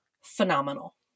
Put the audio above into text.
phenomenal